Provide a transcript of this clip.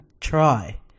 try